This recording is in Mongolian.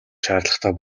шаардлагатай